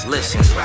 Listen